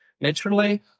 Naturally